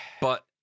But-